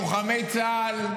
-- ופוגעים, ומשמיצים את לוחמי צה"ל.